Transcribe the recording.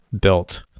built